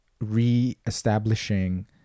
re-establishing